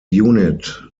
unit